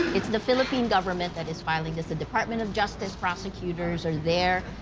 it's the philippine government that is filing this. the department of justice prosecutors are there.